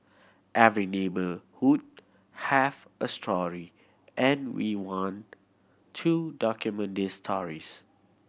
every neighbourhood has a story and we want to document these stories